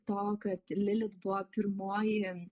to kad lilit buvo pirmoji